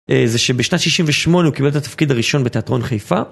זה שבשנת 68 הוא קיבל את התפקיד הראשון בתיאטרון חיפה.